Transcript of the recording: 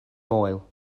moel